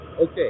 Okay